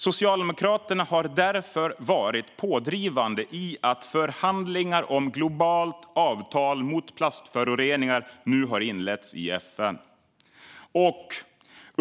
Socialdemokraterna har därför varit pådrivande i att förhandlingar om ett globalt avtal mot plastföroreningar nu har inletts i FN.